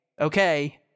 okay